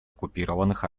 оккупированных